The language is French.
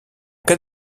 cas